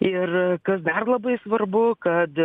ir kas dar labai svarbu kad